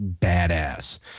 badass